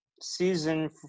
season